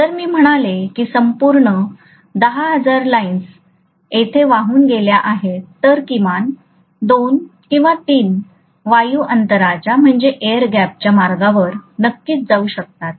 जर मी म्हणालो की संपूर्ण १०००० लाइन्स तेथे वाहून गेल्या आहेत तर किमान २ किंवा ३ वायू अंतराच्या मार्गावर नक्कीच जाऊ शकतात